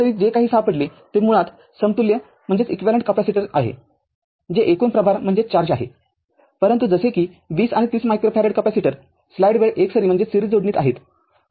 वास्तविक जे काही सापडले ते मुळात समतुल्य कपॅसिटरचे आहे जे एकूण प्रभार आहेपरंतु जसे कि २० आणि ३० मायक्रोफॅरेड कॅपेसिटर स्लाइड वेळ एकसरी जोडणीत आहेत